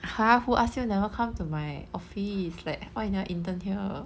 !huh! who ask you never come to my office like why you never intern here